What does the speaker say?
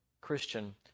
Christian